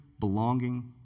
belonging